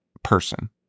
person